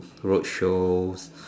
roadshows